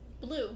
Blue